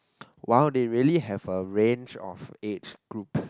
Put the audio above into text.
!wow! they really have a range of age groups